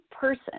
person